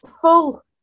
full